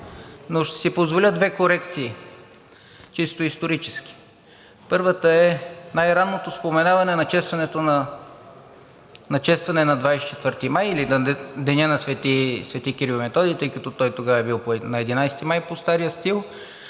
но ще си позволя две чисто исторически корекции. Първата е най-ранното споменаване на честване на 24 май или на деня на Св. Св. Кирил и Методий, тъй като той тогава е бил на 11 май по стария стил,